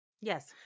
Yes